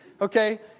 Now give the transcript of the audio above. Okay